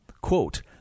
Quote